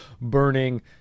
burning